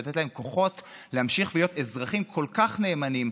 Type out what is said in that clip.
בשביל לתת להם כוחות להמשיך ולהיות אזרחים כל כך נאמנים,